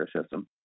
system